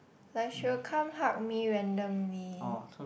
like she will come hug me randomly